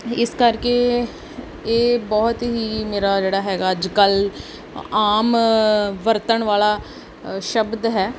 ਇਸ ਕਰਕੇ ਇਹ ਬਹੁਤ ਹੀ ਮੇਰਾ ਜਿਹੜਾ ਹੈਗਾ ਅੱਜ ਕੱਲ੍ਹ ਆਮ ਵਰਤਣ ਵਾਲਾ ਸ਼ਬਦ ਹੈ